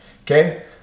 Okay